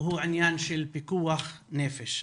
הוא עניין של פיקוח נפש.